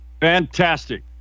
Fantastic